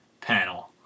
panel